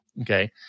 Okay